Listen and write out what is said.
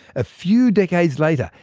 a few decades later,